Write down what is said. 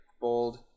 Bold